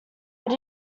but